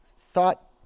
thought